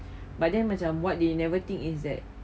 but then macam what they never think is that